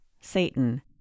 Satan